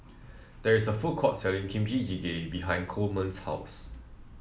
there is a food court selling Kimchi Jjigae behind Coleman's house